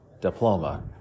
diploma